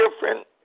different